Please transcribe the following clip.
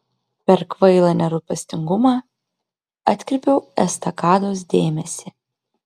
per kvailą nerūpestingumą atkreipiau estakados dėmesį